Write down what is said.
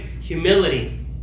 humility